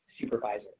supervisor